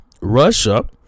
Russia